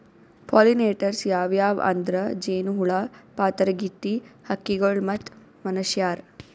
pollinators ಯಾವ್ಯಾವ್ ಅಂದ್ರ ಜೇನಹುಳ, ಪಾತರಗಿತ್ತಿ, ಹಕ್ಕಿಗೊಳ್ ಮತ್ತ್ ಮನಶ್ಯಾರ್